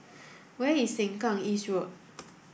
where is Sengkang East Road